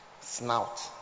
snout